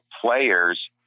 players